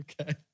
okay